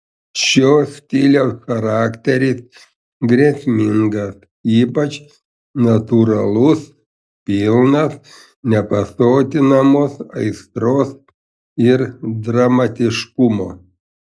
šio stiliaus charakteris grėsmingas ypač natūralus pilnas nepasotinamos aistros ir dramatiškumo